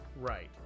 right